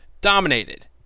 dominated